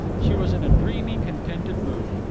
she was in a dreamy, contented mood.